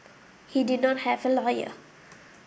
he did not have a lawyer